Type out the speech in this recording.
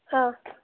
অঁ